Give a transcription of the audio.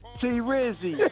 T-Rizzy